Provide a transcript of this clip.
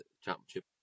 championship